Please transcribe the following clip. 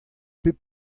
pep